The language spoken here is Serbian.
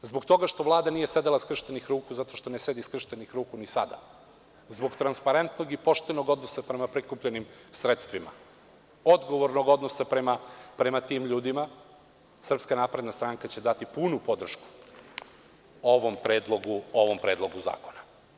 Zbog toga što Vlada nije sedela skrštenih ruku, zato što ne sedi skrštenih ruku sada, zbog transparentnog i poštenog odnosa prema prikupljenim sredstvima, odgovornog odnosa prema tim ljudima, SNS će dati punu podršku ovom Predlogu zakona.